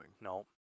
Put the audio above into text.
No